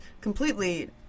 completely